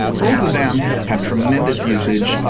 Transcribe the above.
both of them have tremendous usage,